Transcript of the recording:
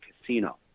casino